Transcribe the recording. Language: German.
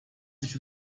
sich